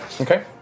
Okay